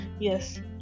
yes